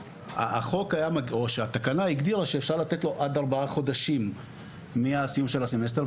החוק או התקנה הגדירה שאפשר לתת לו עד ארבעה חודשים מהסיום של הסמסטר,